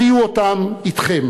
הביאו אותם אתכם